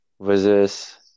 versus